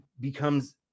becomes